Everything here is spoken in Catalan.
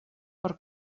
per